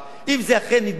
אם זה אכן יתבצע,